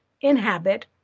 inhabit